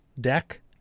Deck